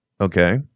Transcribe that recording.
Okay